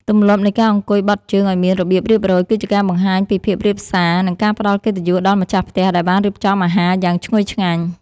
ទម្លាប់នៃការអង្គុយបត់ជើងឱ្យមានរបៀបរៀបរយគឺជាការបង្ហាញពីភាពរាបសារ និង ការផ្តល់កិត្តិយសដល់ម្ចាស់ផ្ទះដែលបានរៀបចំអាហារយ៉ាងឈ្ងុយឆ្ងាញ់។